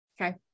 Okay